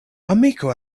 amiko